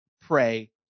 pray